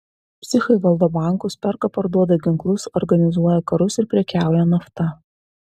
psichai valdo bankus perka parduoda ginklus organizuoja karus ir prekiauja nafta